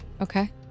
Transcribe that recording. Okay